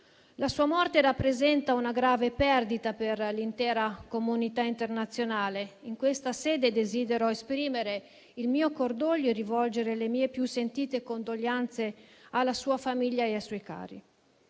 La sua morte rappresenta una grave perdita per l'intera comunità internazionale. In questa sede, desidero esprimere il mio cordoglio e rivolgere le mie più sentite condoglianze alla sua famiglia e ai suoi cari.